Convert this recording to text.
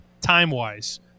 time-wise